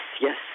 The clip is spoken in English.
Yes